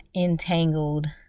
entangled